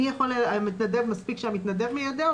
מספיק שהמתנדב מיידע?